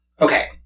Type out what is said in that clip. Okay